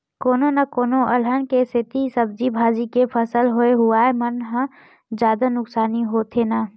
कोनो न कोनो अलहन के सेती सब्जी भाजी के फसल होए हुवाए म जादा नुकसानी होथे न